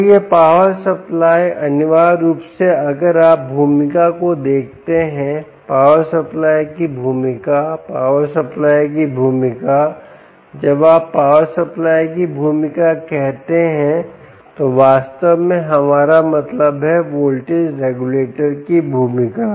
तो यह power supply अनिवार्य रूप से अगर आप भूमिका को देखते हैं पावर सप्लाई की भूमिका पावर सप्लाई की भूमिका जब आप पावर सप्लाई की भूमिका कहते हैं तो वास्तव में हमारा मतलब है वोल्टेज रेगुलेटर की भूमिका